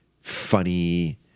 funny